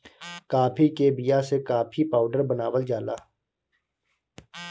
काफी के बिया से काफी पाउडर बनावल जाला